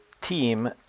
team